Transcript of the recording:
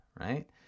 right